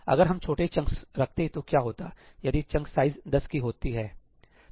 अगर हम छोटे चंक्स रखते तो क्या होता यदि चंक साइज 10 की होती है